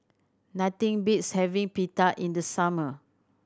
nothing beats having Pita in the summer